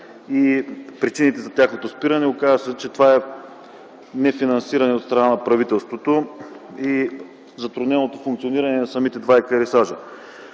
с причините за тяхното спиране. Оказа се, че това е нефинансиране от страна на правителството и затрудненото им функциониране. Според мен